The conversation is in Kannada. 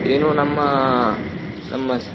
ಏನು ನಮ್ಮ ನಮ್ಮ ಸ್